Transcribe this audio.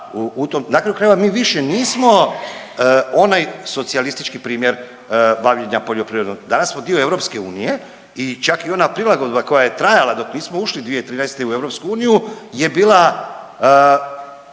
kraju krajeva mi više nismo onaj socijalistički primjer bavljenja poljoprivredom, danas smo dio EU i čak i ona prilagodba koja je trajala dok nismo ušli 2013. u EU je bila